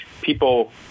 People